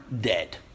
dead